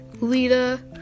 Lita